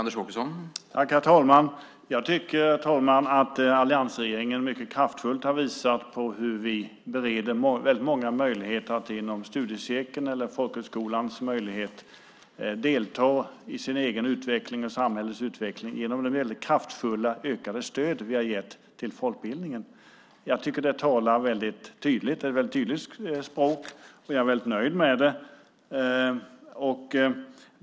Herr talman! Jag tycker att alliansregeringen mycket kraftfullt har visat på det. Vi bereder möjlighet för väldigt många inom studiecirkel eller genom folkhögskolan att delta i sin egen utveckling och samhällets utveckling genom det mycket kraftfullt ökade stöd vi har gett till folkbildningen. Det talar ett väldigt tydligt språk, och jag är väldigt nöjd med det.